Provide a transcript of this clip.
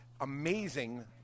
amazing